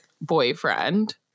boyfriend